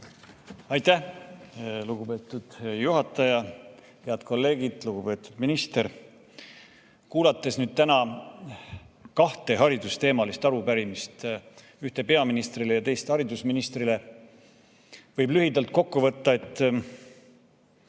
Aitäh, lugupeetud juhataja! Head kolleegid! Lugupeetud minister! Olles kuulanud täna kahte haridusteemalist arupärimist, ühte peaministrile ja teist haridusministrile, võib lühidalt kokku võtta, et